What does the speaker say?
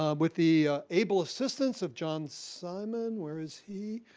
um with the able assistance of jon simon where is he?